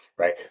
right